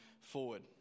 forward